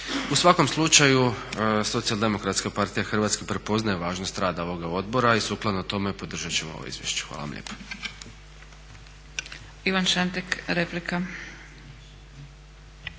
U svakom slučaju Socijaldemokratska partija Hrvatske prepoznaje važnost rada ovoga odbora i sukladno tome podržat ćemo ovo izvješće. Hvala vam lijepa.